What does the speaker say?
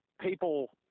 people